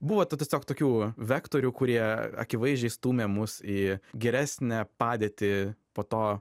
buvo tų tiesiog tokių vektorių kurie akivaizdžiai stūmė mus į geresnę padėtį po to